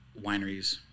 wineries